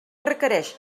requereix